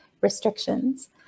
restrictions